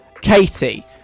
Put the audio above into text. Katie